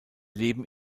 leben